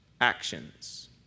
actions